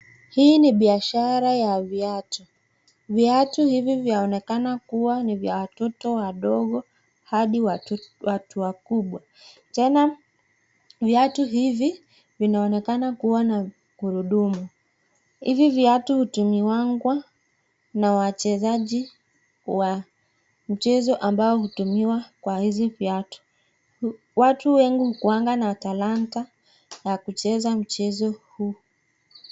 Hii ni biashara ya viatu. Viatu hivi vyaonekana kuwa ni vya watoto wadogo hadi watu wakubwa. Tena viatu hivi vinaonekana kuwa na gurudumu. Hivi viatu hutumiwanga na wachezaji wa mchezo ambao hutumiwa kwa hizi viatu. Watu wengi hukuanga na talanta ya kucheza mchezo huu.